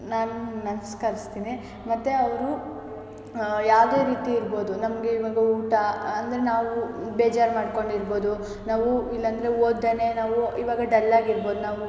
ನಾನು ನಮಸ್ಕರಿಸ್ತೀನಿ ಮತ್ತು ಅವರು ಯಾವುದೇ ರೀತಿ ಇರ್ಬೋದು ನಮಗೆ ಇವಾಗ ಊಟ ಅಂದರೆ ನಾವು ಬೇಜಾರು ಮಾಡಿಕೊಂಡಿರ್ಬೋದು ನಾವು ಇಲ್ಲಾಂದ್ರೆ ಓದದೇಯೆ ನಾವು ಇವಾಗ ಡಲ್ ಆಗಿರ್ಬೋದು ನಾವು